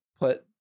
put